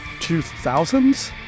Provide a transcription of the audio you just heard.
2000s